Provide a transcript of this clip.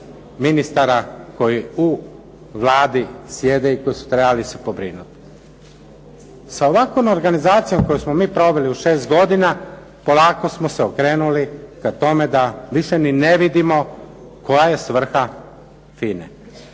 ministara koji u Vladi sjede i koji su trebali se pobrinuti. Sa ovakvom organizacijom koju smo mi proveli u 6 godina polako smo se okrenuli ka tome da više ni ne vidimo koja je svrha FINA-e.